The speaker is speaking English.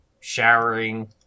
showering